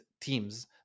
teams